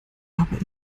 aber